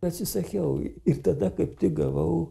atsisakiau ir tada kaip tik gavau